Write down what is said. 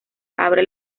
abre